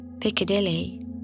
Piccadilly